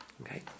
Okay